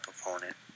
opponent